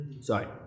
Sorry